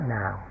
now